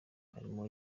arimo